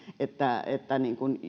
että että